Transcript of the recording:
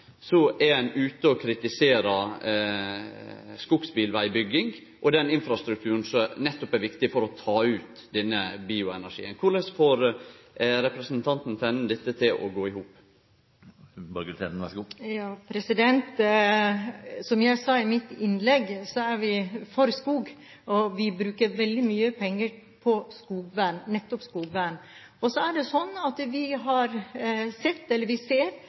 er ein ute og kritiserer skogsbilvegbygging og den infrastrukturen som er viktig nettopp for å ta ut denne bioenergien. Korleis får representanten Tenden dette til å gå i hop? Som jeg sa i mitt innlegg, er vi for skog, og vi bruker veldig mye penger nettopp på skogvern. Så er det sånn at vi ser, og vi vet at mange miljøer er opptatt av, at den voldsomme granplantingen som spesielt har